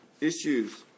issues